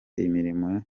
imirimo